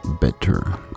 better